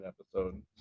episode